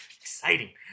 Exciting